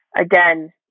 again